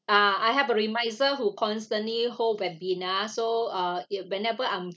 uh I have a remisier who constantly hold webinar so uh it whenever I'm